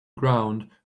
ground